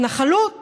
התנחלות